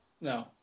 No